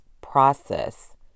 process